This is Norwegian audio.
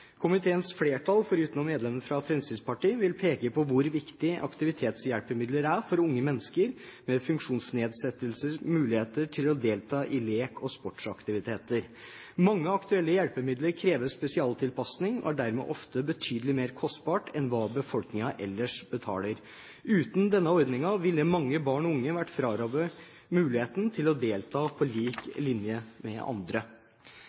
Komiteens flertall, foruten medlemmene fra Fremskrittspartiet, vil peke på hvor viktig aktivitetshjelpemidler er for muligheten for unge mennesker med funksjonsnedsettelse til å delta i lek og sportsaktiviteter. Mange aktuelle hjelpemidler krever spesialtilpasning og er dermed ofte betydelig mer kostbart enn hva befolkningen ellers betaler. Uten denne ordningen ville mange barn og unge vært frarøvet muligheten til å delta på lik linje med andre.